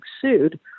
sued